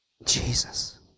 Jesus